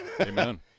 Amen